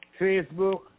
Facebook